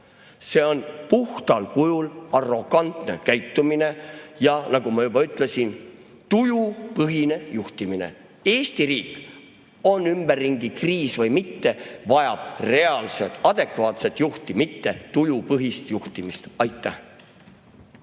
See on puhtal kujul arrogantne käitumine ja, nagu ma juba ütlesin, tujupõhine juhtimine. Eesti riik, on ümberringi kriis või mitte, vajab reaalset adekvaatset juhti, mitte tujupõhist juhtimist. Aitäh!